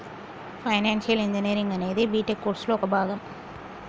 financial engineering అనేది B Tech కోర్సులో ఒక భాగం